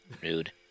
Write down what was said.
Rude